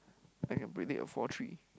I can predict a four three